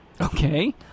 Okay